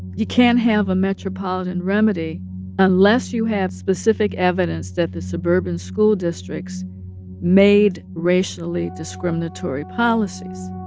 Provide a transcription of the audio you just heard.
you can't have a metropolitan remedy unless you have specific evidence that the suburban school districts made racially discriminatory policies